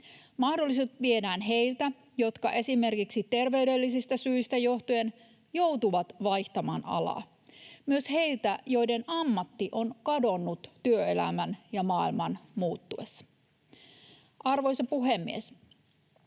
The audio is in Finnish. Mahdollisuudet viedään heiltä, jotka esimerkiksi terveydellisistä syistä johtuen joutuvat vaihtamaan alaa, myös heiltä, joiden ammatti on kadonnut työelämän ja maailman muuttuessa. Arvoisa puhemies!